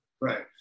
Right